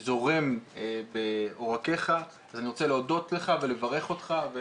זה זורם בעורקיך אז אני רוצה להודות לך ולברך אותך.